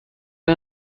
این